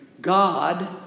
God